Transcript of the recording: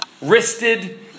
wristed